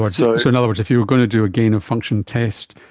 but so so in other words, if you were going to do a gain of function test,